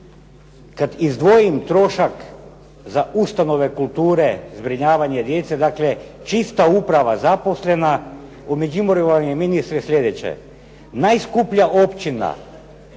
Kad izdvojim trošak za ustanove kulture, zbrinjavanje djece, dakle čista uprava zaposlena, u Međimurju vam je ministre sljedeće. Najskuplja općina